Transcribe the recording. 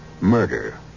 murder